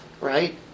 right